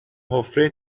حفره